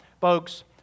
Folks